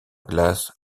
glace